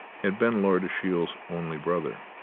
had been lord ashiel's only brother.